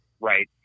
right